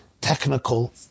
technical